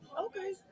Okay